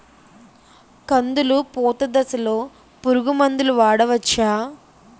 కందులు పూత దశలో పురుగు మందులు వాడవచ్చా?